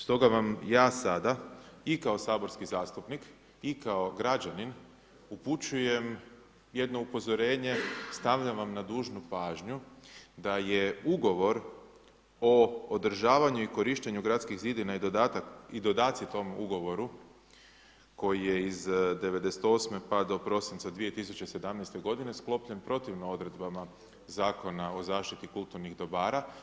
Stoga vam ja sada i kao saborski zastupnik i kao građanin upućujem jedno upozorenje, stavljam vam na dužnu pažnju, da je ugovor o održavanju i korištenju gradskih zidina i dodaci tom ugovoru, koji je iz '98. pa do prosinca 2017. g. sklopljen protivno odredbama Zakona o zaštiti kulturnih dobara.